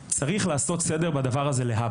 אבל הדבר הכי חשוב זה שצריך לעשות סדר בנושא הזה להבא.